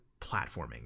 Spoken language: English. platforming